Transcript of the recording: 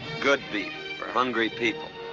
good beef for hungry people.